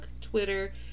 Twitter